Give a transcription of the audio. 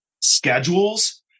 schedules